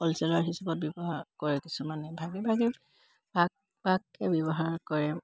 হ'লচেলাৰ হিচাপত ব্যৱহাৰ কৰে কিছুমানে ভাগে ভাগে ভাগ ভাগকৈ ব্যৱহাৰ কৰে